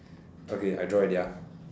okay I draw already ah